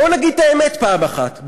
בואו נגיד את האמת פעם אחת.